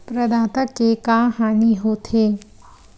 प्रदाता के का हानि हो थे?